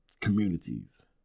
communities